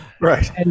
Right